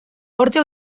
hortxe